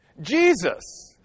Jesus